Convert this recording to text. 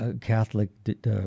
Catholic